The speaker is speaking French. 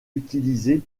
utilisé